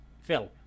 Phil